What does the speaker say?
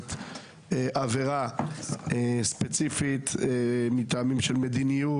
אוכפת עבירה ספציפית מטעמים של מדיניות.